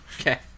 Okay